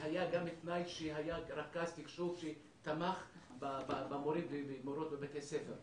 היה גם תנאי שיהיה רכז תקשוב שתמך במורים ומורות בבתי הספר.